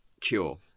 cure